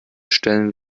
stellen